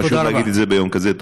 חשוב להגיד את זה ביום כזה.